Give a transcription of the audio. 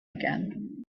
again